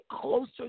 closer